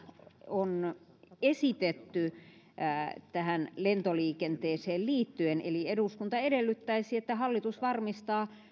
on esitetty lentoliikenteeseen liittyen eli eduskunta edellyttäisi että hallitus varmistaa